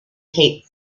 tait